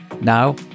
Now